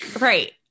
Right